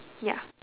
ya